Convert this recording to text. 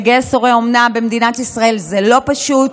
לגייס הורי אומנה במדינת ישראל זה לא פשוט.